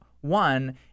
One